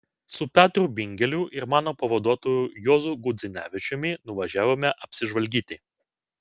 su petru bingeliu ir mano pavaduotoju juozu gudzinevičiumi nuvažiavome apsižvalgyti